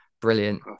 brilliant